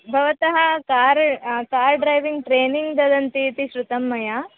भवतः car car driving training ददति इति श्रुतं मया